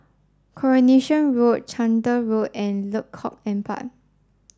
Coronation Road Chander Road and Lengkok Empat